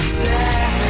sad